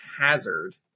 Hazard